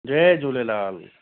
Jay Jhulelal